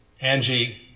Angie